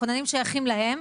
הכוננים שייכים להם,